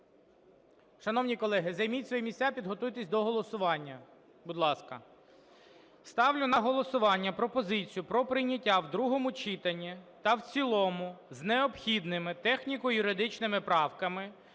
Шановні колеги, займіть свої місця і підготуйтесь до голосування, будь ласка. Ставлю на голосування пропозицію про прийняття в другому читанні та в цілому з необхідними техніко-юридичними правками